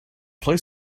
play